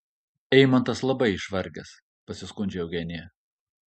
eimantas labai išvargęs pasiskundžia eugenija